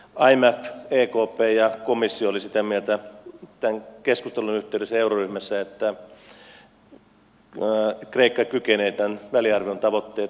imf ekp ja komissio olivat sitä mieltä tämän keskustelun yhteydessä euroryhmässä että kreikka kykenee väliarvion tavoitteet saavuttamaan tämän kahden kuukauden aikana